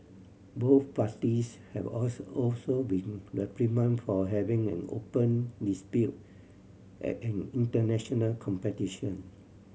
both parties have also also been reprimanded for having an open dispute at an international competition